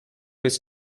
his